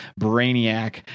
brainiac